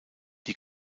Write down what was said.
die